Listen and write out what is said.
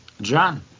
John